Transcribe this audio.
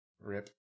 Rip